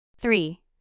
Three